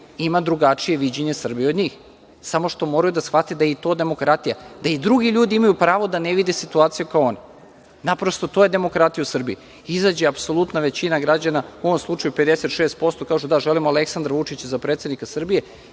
ima drugačije viđenje Srbije od njih. Samo što moraju da shvate da je i to demokratija, da i drugi ljudi imaju pravo da ne vide situaciju kao oni. Naprosto, to je demokratija u Srbiji da izađe apsolutna većina građana, u ovom slučaju 56% i kaže – da, želimo Aleksandra Vučića za predsednika Srbije